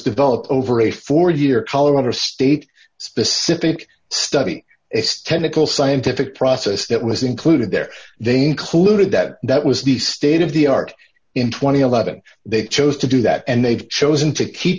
developed over a four year colorado state specific study chemical scientific process that was included there they included that that was the state of the art in two thousand and eleven they chose to do that and they've chosen to keep